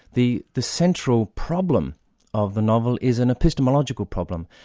the the central problem of the novel is an epistemological problem.